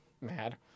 mad